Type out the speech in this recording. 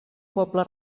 poble